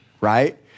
right